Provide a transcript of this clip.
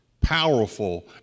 powerful